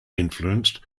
influenced